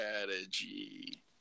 Strategy